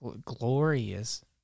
glorious